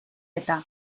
eta